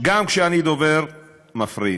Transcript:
גם כשאני דובר, מפריעים.